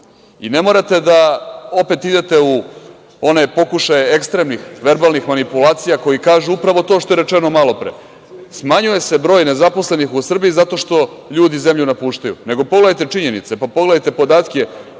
Ne morate da opet idete u one pokušaje ekstremnih, verbalnih manipulacija koji kažu upravo to što je rečeno malopre. Smanjuje se broj nezaposlenih u Srbiji zato što ljudi zemlju napuštaju. Pogledajte činjenice, pogledajte podatke